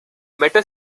meta